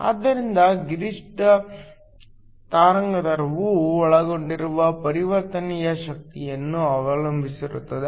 ಆದ್ದರಿಂದ ಗರಿಷ್ಠ ತರಂಗಾಂತರವು ಒಳಗೊಂಡಿರುವ ಪರಿವರ್ತನೆಯ ಶಕ್ತಿಯನ್ನು ಅವಲಂಬಿಸಿರುತ್ತದೆ